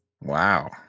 Wow